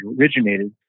originated